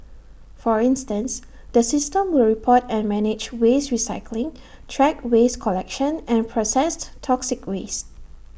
for instance the system will report and manage waste recycling track waste collection and processed toxic waste